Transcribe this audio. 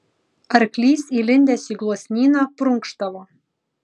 arklys įlindęs į gluosnyną prunkštavo